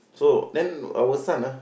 so then our son ah